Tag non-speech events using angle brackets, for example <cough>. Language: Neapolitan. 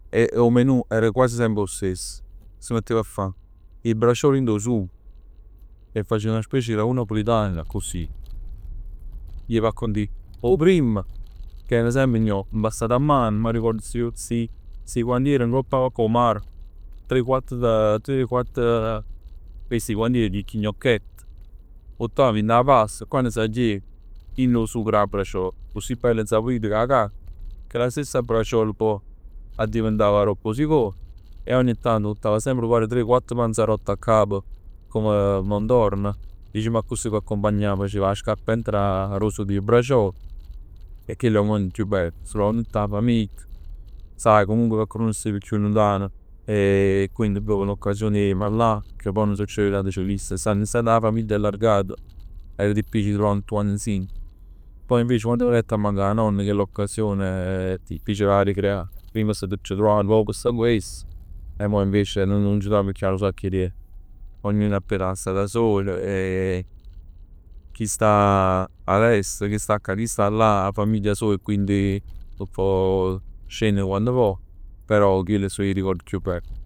E 'o menù era quasi semp 'o stess. S' mettev a fa 'e braciole dint 'o sugo e facev 'na specie 'e ragù napulitan accussì. Jev a condì 'o primm che era semp gnocc impastati a mano. M'arricordo sti sti 'e quann ij jev ngopp 'o mare. Tre quatt, tre quatt <hesitation> gnocchett, vottav dint 'a pasta e quann sagliev pigl 'o sug d' 'a braciol, accussì bella insaporita d' 'a carne. Cu 'a stessa braciola ca pò addiventav 'o second e ogni tanto vuttav semp tre o quatt panzerott a capo, come contorno, dicimm accussì p' accompagnà. M' facev 'a scarpett cu 'o sugo d' 'a braciol e chell è 'o moment chiù bell. Si truvav tutt 'a famiglia. Sai comunque cocched'uno stev chiù luntan e <hesitation> quindi pruov n'occasione 'e parlà pecchè pò nun teneven 'na cosa fissa, stando semp dint 'a famiglia allargata era difficile a truvà tutt quant insieme. Poi invece quann venett a mancà 'a nonna, chell'occasione <hesitation> fece arecreà. Prima volevamo passà nu poc 'e tiemp cu ess e mo invece nun ci truvamm chuiù a nu sacc 'e tiemp. Ognuno 'a pigliato 'a strada soja e <hesitation> chi sta a l'est, chi sta ccà, chi sta là cu 'a famiglia soja e quindi nun pò scennere, scenne quann vò, però chell so 'e ricordi chiù bell.